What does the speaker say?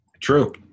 True